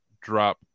drop